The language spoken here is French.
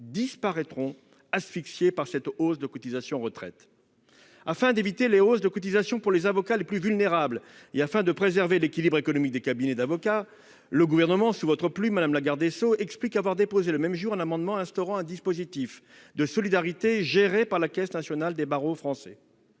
disparaîtront, asphyxiés par cette hausse des cotisations retraite. « Afin d'éviter les hausses de cotisation pour les avocats les plus vulnérables » et « de préserver l'équilibre économique des cabinets d'avocats », le Gouvernement, sous votre plume, madame la garde des sceaux, explique avoir déposé un amendement visant à instaurer « un dispositif de solidarité géré par la Caisse nationale des barreaux français,